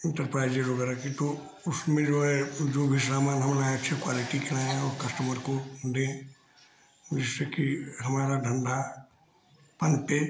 enterprises वगैरह की तो उसमें जो है जो भी सामान हम लाऍं अच्छे क्वालिटी के लाऍं और कस्टमर को दें जिससे कि हमारा धंधा पलटे